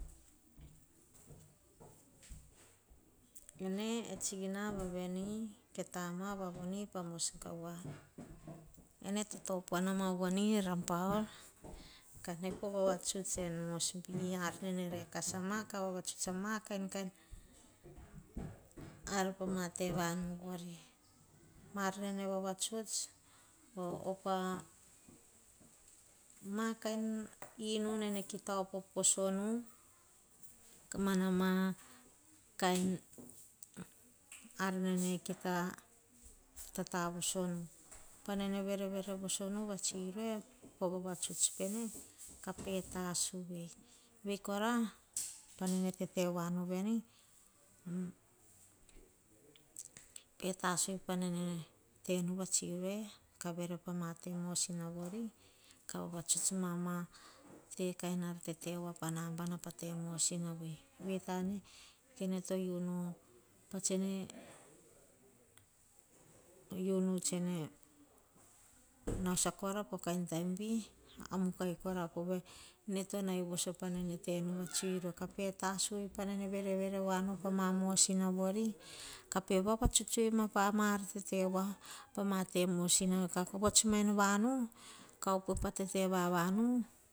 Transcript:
Ene e tsina voaveni, ke tama voavoni pa mos gavua. Ene to topua nama en rabaul kanai poh vavatsuts en moresby a nene rekasa ma, ka vavatsuts ma kain kain ar pa mate vanu vori. Ma ar nene vavatuts, nene op ah ma kain inu nene kita op vosonu, ka mana ar kain ar nene kita tata vosonu. Pa nene verevere voso nu va tsiroe ko vavatsuts pene, ka pe tasu ei. Vei kora, pa nene tete voa nuveni, kape te tasu penene tenu a tsiu ve, kavere ma pa ma kain mosina voro. Kah vavatuts mama kain tete voa pa nambana pate mosina nui. Vei tane kene toa unu patsene unu tse ne nao sakora po kain taim vi, amokai kora pene to nai voso, pene tenu va tsi roe. Ka pe tasu ei pane verevere voa numa pama te mosina woa vori, kapia vok a tsutsu ma pa maar a tete va pama to mosina. Ka komets men vanu, kaupe ka tete ma vanu